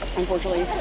unfortunately.